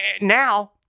Now